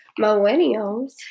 Millennials